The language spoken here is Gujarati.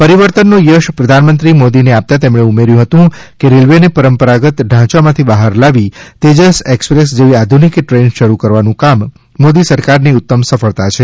પરીવર્તનનો યશ પ્રધાનમંત્રી મોદીને આપતાં તેમણે ઉમેર્થું હતું કે રેલ્વેને પરંપરાગત ઢાંચામાંથી બહાર લાવી તેજસ એક્સપ્રેસ જેવી આધુનિક ટ્રેન શરૂ કરવાનું કામ મોદી સરકારની ઉતમ સફળતા છે